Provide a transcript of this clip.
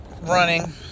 running